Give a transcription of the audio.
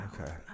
okay